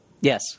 Yes